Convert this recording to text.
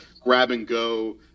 grab-and-go